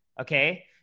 okay